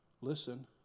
listen